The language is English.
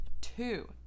two